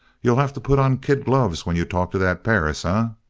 you'll have to put on kid gloves when you talk to that perris, ah?